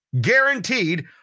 Guaranteed